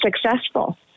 successful